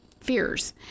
fears